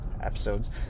episodes